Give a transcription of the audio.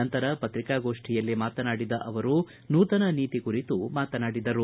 ನಂತರ ಪತ್ರಿಕಾಗೋಪ್ಠಿಯಲ್ಲಿ ಮಾತನಾಡಿದ ಅವರು ನೂತನ ನೀತಿ ಕುರಿತು ಮಾತನಾಡಿದರು